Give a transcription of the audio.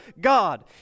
God